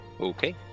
Okay